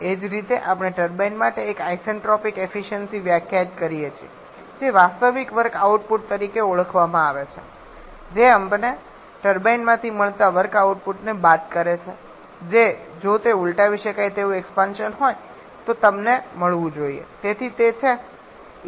એ જ રીતે આપણે ટર્બાઇન માટે એક આઇસેન્ટ્રોપિક એફિસયન્સિ વ્યાખ્યાયિત કરીએ છીએ જે વાસ્તવિક વર્ક આઉટપુટ તરીકે આપવામાં આવે છે જે અમને ટર્બાઇનમાંથી મળતા વર્ક આઉટપુટને બાદ કરે છે જે જો તે ઉલટાવી શકાય તેવું એક્સપાન્શન હોય તો તમને મળવું જોઈએ